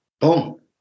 boom